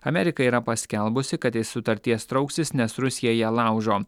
amerika yra paskelbusi kad iš sutarties trauksis nes rusija ją laužo